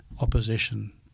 opposition